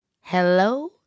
Hello